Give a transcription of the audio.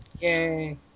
Yay